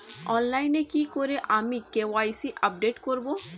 অনলাইনে কি করে আমি কে.ওয়াই.সি আপডেট করব?